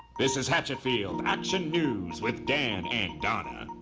this is hatchetfield action news with dan and donna!